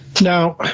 Now